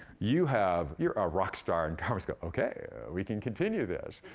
you have you're a rockstar, and darwin's going, okay, we can continue this.